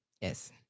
yes